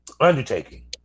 undertaking